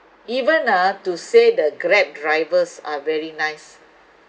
even ah to say the grab drivers are very nice